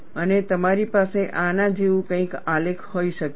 અને તમારી પાસે આના જેવું કંઈક આલેખ હોઈ શકે છે